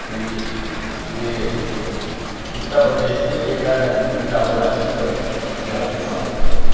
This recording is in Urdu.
تو یہ یہ اتر پردیش کے ایٹا مین پوری اٹاوہ علاقے کی دیہات کی زبان ہے